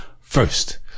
first